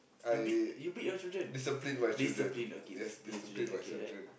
you beat you beat your children discipline okay discipline your children okay alright